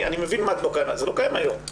אני יודע שזה לא קיים היום.